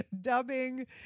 dubbing